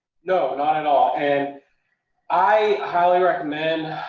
no, not at all. and i highly recommend.